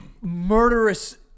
murderous